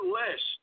less